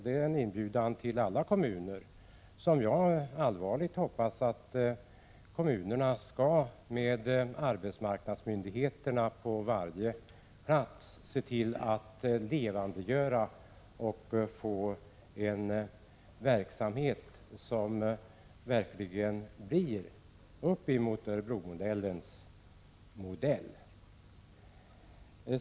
Det är en inbjudan till alla kommuner, och jag har en allvarlig förhoppning om att kommunerna tillsammans med arbetsmarknadsmyndigheterna skall kunna skapa en verksamhet som verkligen kan leva upp till Örebromodellens idé.